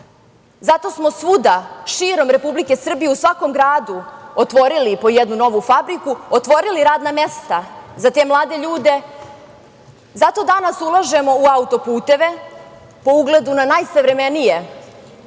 zato smo svuda širom Republike Srbije u svakom gradu otvorili po jednu novu fabriku, otvorili radna mesta za te mlade ljude, zato danas ulažemo u autoputeve po ugledu na najsavremenije